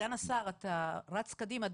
סגן השר אתה רץ קדימה,